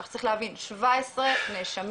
צריך להבין 17 נאשמים